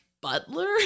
Butler